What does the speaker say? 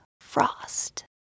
Frost